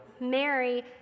Mary